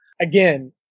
Again